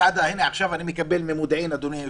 הינה, עכשיו אני מקבל ממודיעין, אדוני היושב-ראש,